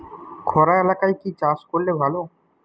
খরা এলাকায় কি চাষ করলে ভালো?